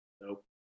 nope